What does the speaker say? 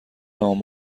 عام